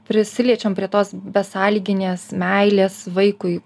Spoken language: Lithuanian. prisiliečiam prie tos besąlyginės meilės vaikui